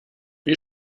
wie